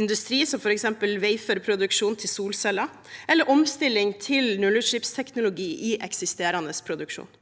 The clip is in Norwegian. industri, som f.eks. waferproduksjon til solceller, eller omstilling til nullutslippsteknologi i eksisterende produksjon.